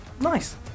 Nice